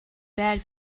bad